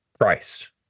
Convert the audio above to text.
Christ